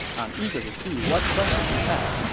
i'm eager to see what questions you have.